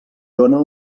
dóna